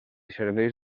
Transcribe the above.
serveix